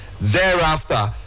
Thereafter